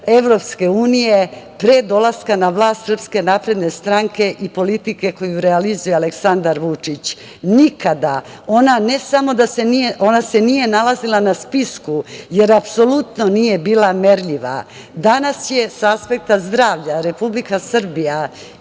Evropske unije pre dolaska na vlast SNS i politike koju realizuje Aleksandar Vučić? Nikada. Ona ne samo da se nije nalazila na spisku, jer apsolutno nije bila merljiva. Danas je sa aspekta zdravlja Republika Srbija